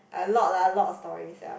a lot lah a lot of story sia